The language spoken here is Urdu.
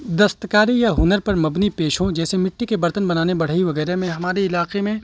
دستکاری یا ہنر پر مبنی پیشوں جیسے مٹی کے برتن بنانے بڑھئی وغیرہ میں ہمارے علاقے میں